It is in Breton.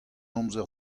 amzer